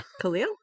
Khalil